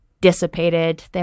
dissipated